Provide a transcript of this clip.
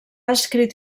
escrit